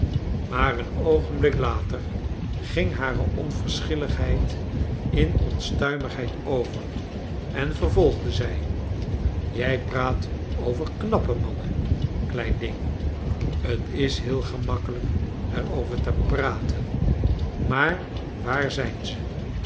maar een oogenblik later ging hare onverschilligheid in onstuimigheid over en vervolgde zij jij praat over knappe mannen klein ding t is heel gemakkelijk er over te praten maar waar zijn ze